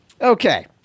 Okay